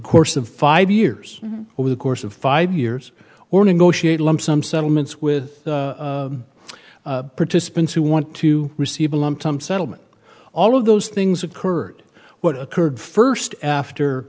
course of five years over the course of five years or negotiate lump sum settlements with participants who want to receive a lump sum settlement all of those things occurred what occurred first after